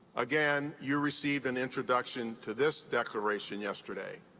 again, you received an introduction to this declaration yesterday.